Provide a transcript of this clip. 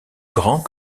grands